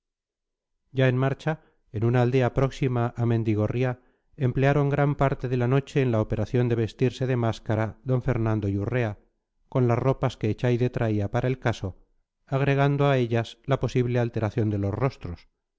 ya en marcha en una aldea próxima a mendigorría emplearon gran parte de la noche en la operación de vestirse de máscara d fernando y urrea con las ropas que echaide traía para el caso agregando a ellas la posible alteración de los rostros